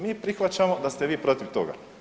Mi prihvaćamo da ste vi protiv toga.